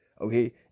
Okay